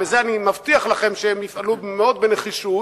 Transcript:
בזה אני מבטיח לכם שהם יפעלו מאוד בנחישות,